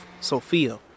Sophia